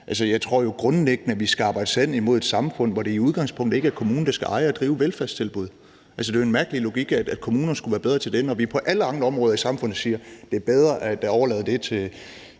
Jeg tror jo grundlæggende, at vi skal arbejde os hen imod et samfund, hvor det i udgangspunktet ikke er kommunen, der skal eje og drive velfærdstilbud. Altså, det er jo en mærkelig logik, at kommunerne skulle være bedre til det, når vi på alle andre områder i samfundet siger: Det er bedre at overlade det til